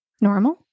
normal